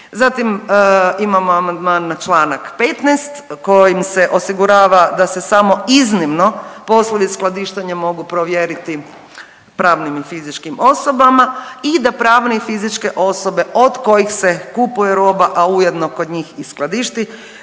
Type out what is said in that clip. Zatim imamo amandman na čl. 15. kojim se osigurava da se samo iznimno poslovi skladištenja mogu povjeriti pravnim i fizičkim osobama i da pravne i fizičke osobe od kojih se kupuje roba, a ujedno kod njih i skladišti,